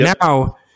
Now